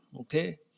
okay